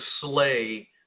slay